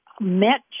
met